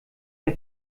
der